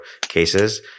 cases